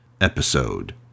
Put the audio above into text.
episode